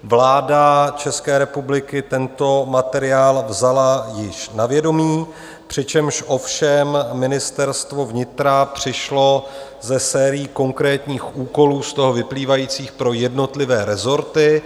Vláda České republiky tento materiál vzala již na vědomí, přičemž ovšem Ministerstvo vnitra přišlo se sérií konkrétních úkolů z toho vyplývajících pro jednotlivé rezorty.